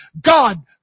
God